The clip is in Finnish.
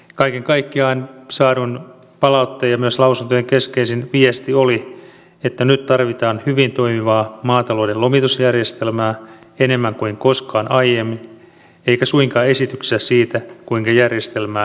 kaiken kaikkiaan saadun palautteen ja myös lausuntojen keskeisin viesti oli että nyt tarvitaan hyvin toimivaa maatalouden lomitusjärjestelmää enemmän kuin koskaan aiemmin eikä suinkaan esityksiä siitä kuinka järjestelmää heikennetään